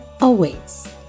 awaits